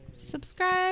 Subscribe